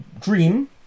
Dream